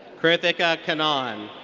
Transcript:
krithika kannan.